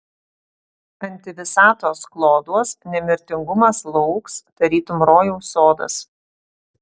antivisatos kloduos nemirtingumas lauks tarytum rojaus sodas